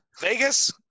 Vegas